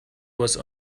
was